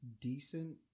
decent